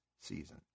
season